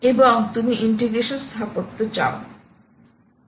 এবং তুমি ইন্টিগ্রেশন স্থাপত্য চাও